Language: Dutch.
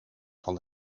van